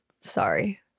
sorry